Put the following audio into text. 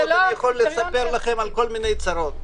אני יכול לספר לכם על כל מיני צרות,